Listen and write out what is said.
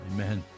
Amen